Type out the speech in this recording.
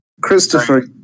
Christopher